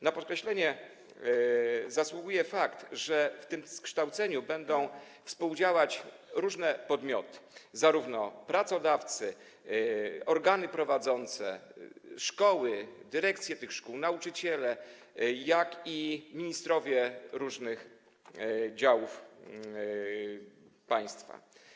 Na podkreślenie zasługuje fakt, że w tym kształceniu będą współdziałać różne podmioty, zarówno pracodawcy, organy prowadzące szkoły, dyrekcje tych szkół, nauczyciele, jak i ministrowie różnych działów państwa.